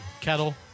Kettle